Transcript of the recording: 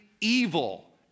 evil